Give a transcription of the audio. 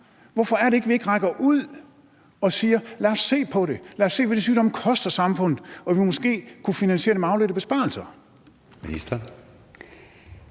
Hvorfor er det, vi ikke rækker ud og siger: Lad os se på det; lad os se, hvad de sygdomme koster samfundet, og om vi måske kunne finansiere det med afledte besparelser?